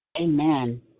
Amen